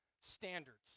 standards